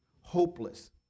hopeless